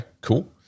cool